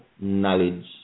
knowledge